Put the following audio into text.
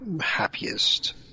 happiest